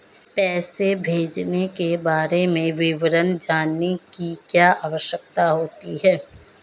पैसे भेजने के बारे में विवरण जानने की क्या आवश्यकता होती है?